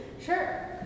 Sure